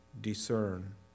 discern